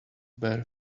bare